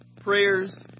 prayers